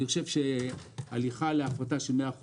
אני חושב שהליכה להפרטה של 100%,